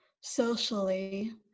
socially